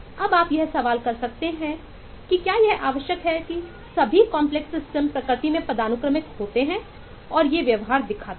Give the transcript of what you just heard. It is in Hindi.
अब आप यह सवाल कर सकते हैं कि क्या यह आवश्यक है कि सभी कांपलेक्स सिस्टम प्रकृति में पदानुक्रमिक होते हैं और ये व्यवहार दिखाते हैं